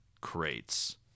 crates